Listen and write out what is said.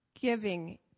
giving